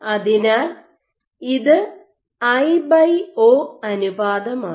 അതിനാൽ ഇത് I by O അനുപാതമാണ്